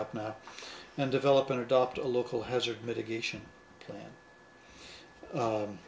up now and develop an adopt a local hazard mitigation